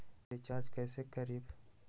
Recharge कैसे करीब?